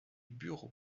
bureau